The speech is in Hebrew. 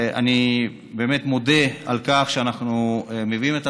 אני באמת מודה על כך שאנחנו מביאים היום את